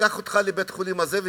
ניקח אותך לבית-החולים הזה או